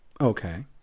Okay